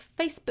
Facebook